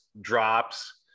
drops